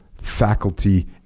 faculty